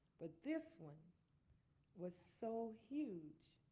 but this one was so huge,